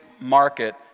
market